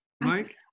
Mike